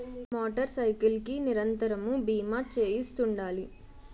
motor cycle కి నిరంతరము బీమా చేయిస్తుండాలి